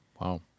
Wow